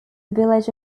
village